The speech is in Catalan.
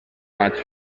maig